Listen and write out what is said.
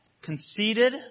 Conceited